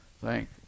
thank